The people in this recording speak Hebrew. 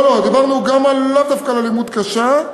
לא לא, דיברנו לאו דווקא על אלימות קשה.